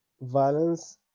violence